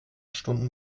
stunden